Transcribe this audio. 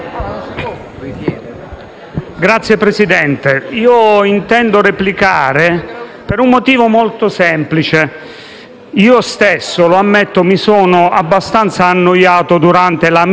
Signor Presidente, io intendo replicare per un motivo molto semplice. Io stesso ammetto di essermi abbastanza annoiato durante la mia